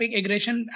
aggression